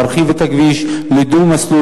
להרחיב את הכביש לדו-מסלולי,